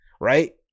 Right